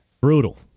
Brutal